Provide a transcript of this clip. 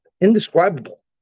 indescribable